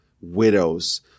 widows